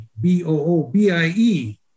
b-o-o-b-i-e